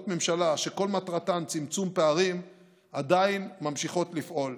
ממשלה שכל מטרתן צמצום פערים עדיין ממשיך לפעול: